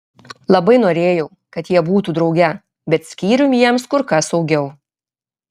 labai norėjau kad jie būtų drauge bet skyrium jiems kur kas saugiau